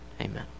Amen